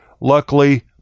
luckily